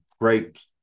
Great